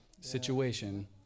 situation